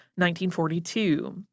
1942